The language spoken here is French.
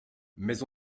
mais